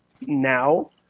now